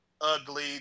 ugly